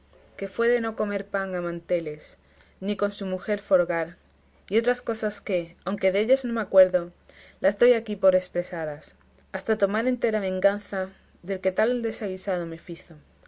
que fue de no comer pan a manteles ni con su mujer folgar y otras cosas que aunque dellas no me acuerdo las doy aquí por expresadas hasta tomar entera venganza del que tal desaguisado me fizo